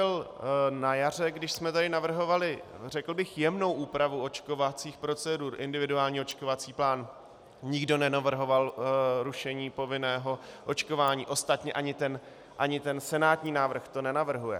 A bohužel na jaře, když jsme tady navrhovali řekl bych jemnou úpravu očkovacích procedur, individuální očkovací plán, nikdo nenavrhoval rušení povinného očkování, ostatně ani senátní návrh to nenavrhuje.